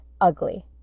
ugly